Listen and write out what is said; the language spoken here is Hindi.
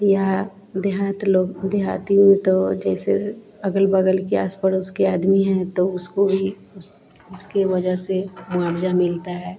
या देहात लोग देहात में तो जैसे अग़ल बग़ल के आस पड़ोस के आदमी हैं तो उसको भी उस उसके वजह से मुआवज़ा मिलता है